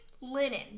linen